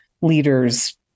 leaders